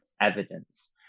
evidence